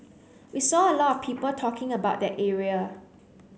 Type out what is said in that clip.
we saw a lot of people talking about that area